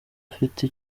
ufite